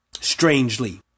strangely